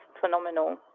phenomenal